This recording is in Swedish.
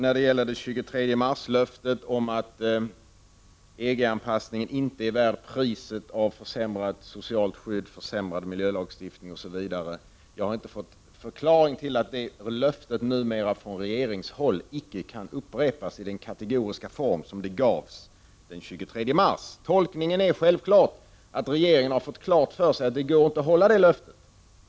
När det gäller 23 mars-löftet om att EG-anpassning inte är värt priset av försämrat socialt skydd, försämrad miljölagstiftning, osv., har jag inte fått någon förklaring till att det löftet från regeringshåll numera icke kan upprepas i den kategoriska form som det gavs den 23 mars. Tolkningen är självfallet att regeringen har fått klart för sig att det inte går att hålla det löftet.